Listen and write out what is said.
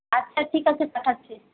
আচ্ছা ঠিক আছে পাঠাচ্ছি